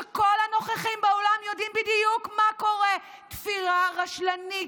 שכל הנוכחים באולם יודעים בדיוק מה קורה: תפירה רשלנית,